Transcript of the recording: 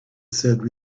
said